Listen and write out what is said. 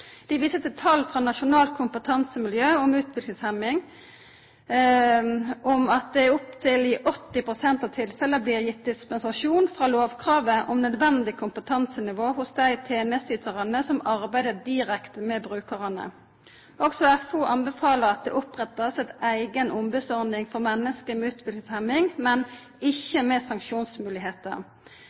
Dei viser til tal frå Nasjonalt kompetansemiljø om utviklingshemming om at det i opptil 80 pst. av tilfella blir gitt dispensasjon frå lovkravet om nødvendig kompetansenivå hos dei tenesteytarane som arbeider direkte med brukarane. Også FO anbefaler at det blir oppretta ei eiga ombodsordning for menneske med utviklingshemming, men ikkje med